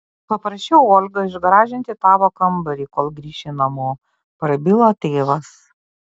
paprašiau olgą išgražinti tavo kambarį kol grįši namo prabilo tėvas